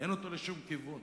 שאין לשום כיוון.